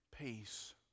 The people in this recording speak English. peace